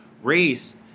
race